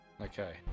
okay